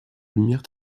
lumière